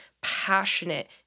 passionate